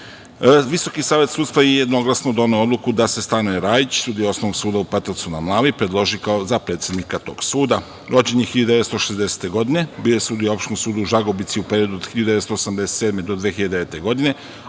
Visoki savet sudstva je jednoglasno doneo odluku da se Stanoje Rajić, sudija Osnovnog suda u Petrovcu na Mlavi, predloži za predsednika tog suda. Rođen je 1960. godine. Bio je sudija Opštinskog suda u Žagubici u periodu od 1987. do 2009. godine,